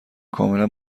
کاملا